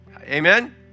Amen